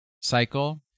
cycle